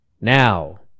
Now